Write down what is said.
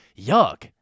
Yuck